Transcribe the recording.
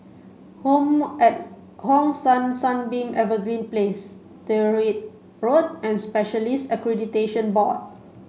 Home at Hong San Sunbeam Evergreen Place Tyrwhitt Road and Specialists Accreditation Board